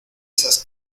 esas